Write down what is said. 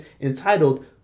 entitled